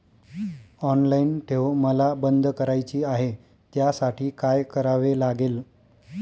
Online ठेव मला बंद करायची आहे, त्यासाठी काय करावे लागेल?